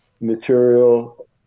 material